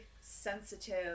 sensitive